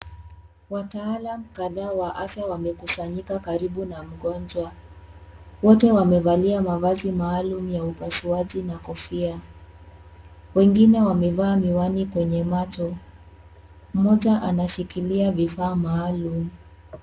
Wataalam kadhaa wa afya wamekusanyika karibu na mgonjwa wote wamevalia mavazi maalum ya upasuaji na kofia, wengine wamevaa miwani kwenye macho mmoja anashikilia vifaa maalum.